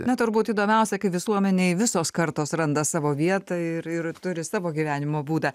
na turbūt įdomiausia kai visuomenėj visos kartos randa savo vietą ir ir turi savo gyvenimo būdą